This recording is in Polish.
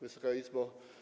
Wysoka Izbo!